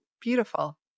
beautiful